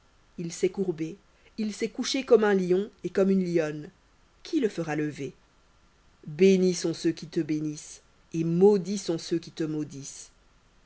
il s'est courbé il s'est couché comme un lion et comme une lionne qui le fera lever bénis sont ceux qui te bénissent et maudits sont ceux qui te maudissent